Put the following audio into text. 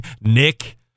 Nick